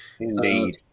Indeed